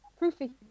proofy